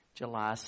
July